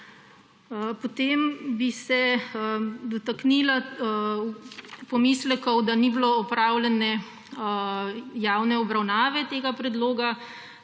Potem bi se dotaknila pomislekov, da ni bilo opravljene javne obravnave tega predloga.